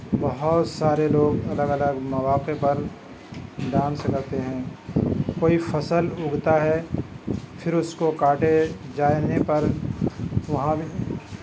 بہت سارے لوگ الگ الگ مواقع پر ڈانس کرتے ہیں کوئی فصل اگتا ہے پھر اس کو کاٹے جانے پر وہاں بھی